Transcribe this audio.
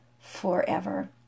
forever